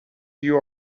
you